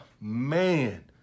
man